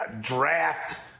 draft